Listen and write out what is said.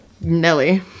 Nelly